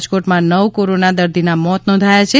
રાજકોટમાં નવ કોરોના દર્દીના મોત નોંધાયા છે